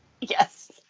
Yes